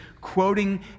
quoting